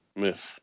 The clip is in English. myth